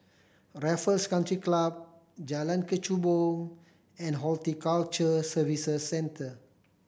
Raffles Country Club Jalan Kechubong and Horticulture Services Centre